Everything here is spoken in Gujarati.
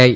આઇ